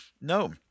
No